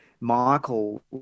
Michael